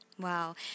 Wow